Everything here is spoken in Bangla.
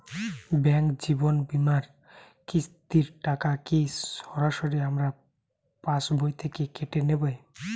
ব্যাঙ্ক জীবন বিমার কিস্তির টাকা কি সরাসরি আমার পাশ বই থেকে কেটে নিবে?